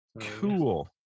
Cool